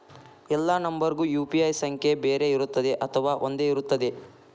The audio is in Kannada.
ಎಲ್ಲಾ ನಂಬರಿಗೂ ಯು.ಪಿ.ಐ ಸಂಖ್ಯೆ ಬೇರೆ ಇರುತ್ತದೆ ಅಥವಾ ಒಂದೇ ಇರುತ್ತದೆ?